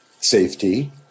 safety